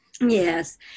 Yes